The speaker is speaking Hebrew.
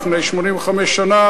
לפני 85 שנה,